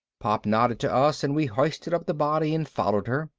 pop nodded to us and we hoisted up the body and followed her.